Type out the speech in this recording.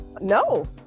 No